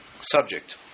subject